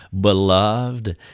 Beloved